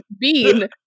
bean